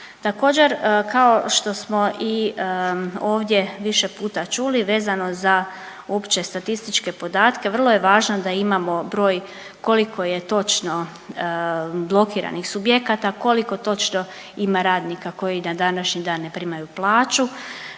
Također kao što smo i ovdje više puta čuli vezano za opće statističke podatke vrlo je važno da imamo broj koliko je točno blokiranih subjekata, koliko točno ima radnika koji na današnji dan ne primaju plaću